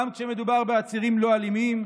גם כשמדובר בעצורים לא אלימים,